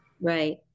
Right